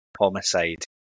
Homicide